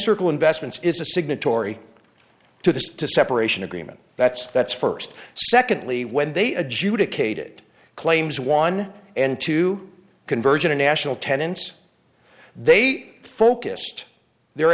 circle investments is a signatory to the to separation agreement that's that's first secondly when they adjudicate it claims one and two converge international tenants they focused their